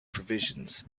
provisions